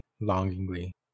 longingly